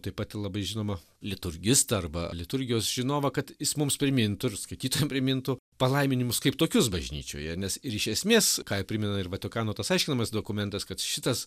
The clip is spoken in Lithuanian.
taip pat ir labai žinomą liturgistą arba liturgijos žinovą kad jis mums primintų ir skaitytojam primintų palaiminimus kaip tokius bažnyčioje nes ir iš esmės ką ir primena ir vatikano tas aiškinamas dokumentas kad šitas